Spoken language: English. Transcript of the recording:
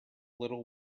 little